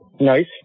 Nice